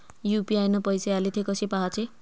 UPI न पैसे आले, थे कसे पाहाचे?